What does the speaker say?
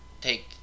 take